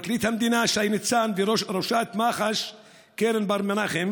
לפרקליט המדינה שי ניצן ולראשת מח"ש קרן בר מנחם